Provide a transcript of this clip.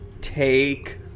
Take